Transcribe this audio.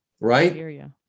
right